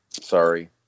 Sorry